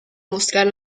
mostrar